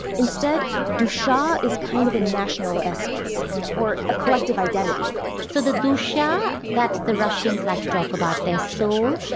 instead, dusha is kind of a national essence or a collective identity so the dusha that the russians like to talk about, their soul,